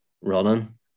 running